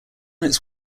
its